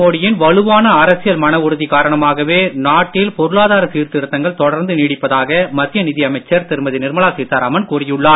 மோடியின் வலுவான நரேந்திர அரசியல் மன உறுதி காரணமாகவே நாட்டில் பொருளாதார சீர்திருத்தங்கள் தொடர்ந்து நீடிப்பதாக மத்திய நிதி அமைச்சர் திருமதி நிர்மலா சீதாராமன் கூறியுள்ளார்